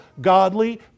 godly